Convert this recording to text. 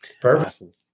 Perfect